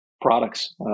products